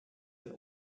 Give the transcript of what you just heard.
ein